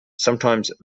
sometimes